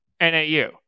NAU